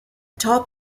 top